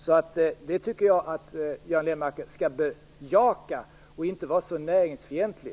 Det tycker jag att Göran Lennmarker skall bejaka. Jag tycker inte att han skall vara så näringsfientlig.